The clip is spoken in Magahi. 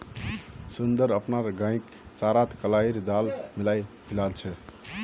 सुंदर अपनार गईक चारात कलाईर दाल मिलइ खिला छेक